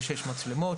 שיש מצלמות,